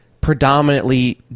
predominantly